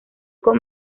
con